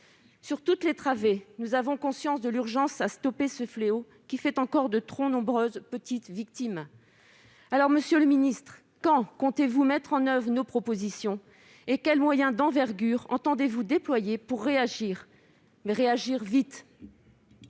sur toutes les travées, qu'il est urgent de stopper ce fléau, qui fait encore de trop nombreuses petites victimes. Monsieur le ministre, quand comptez-vous mettre en oeuvre nos propositions ? Quels moyens d'envergure entendez-vous déployer pour réagir, et réagir vite ?